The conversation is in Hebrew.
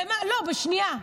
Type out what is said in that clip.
לא, בשנייה.